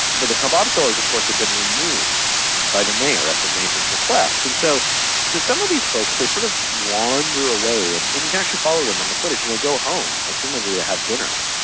the the kebab sellers of course had been removed by the mayor at the major's request and so so some of these folks they sort of wander away and and you actually follow them on the footage and they go home assumedly they have dinner.